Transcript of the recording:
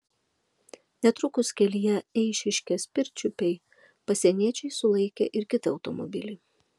netrukus kelyje eišiškės pirčiupiai pasieniečiai sulaikė ir kitą automobilį